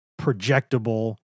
projectable